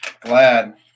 Glad